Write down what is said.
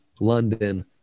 London